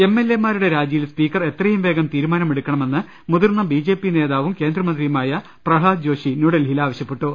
എംഎൽഎമാരുടെ രാജിയിൽ സ്പീക്കർ എത്രയും വേഗം തീരു മാനമെടുക്കണമെന്ന് മുതിർന്ന ബിജെപി നേതാവും കേന്ദ്രമന്ത്രിയു മായ പ്രഹ്ലാദ് ജോഷി ന്യൂഡൽഹിയിൽ ആവശ്യപ്പെട്ടു